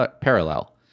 parallel